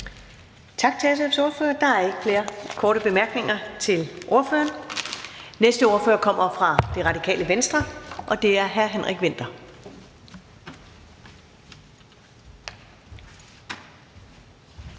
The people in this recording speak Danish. Tak til SF's ordfører. Der er ikke flere korte bemærkninger til ordføreren. Næste ordfører kommer fra Det Radikale Venstre, og det er fru Zenia Stampe.